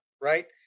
right